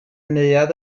neuadd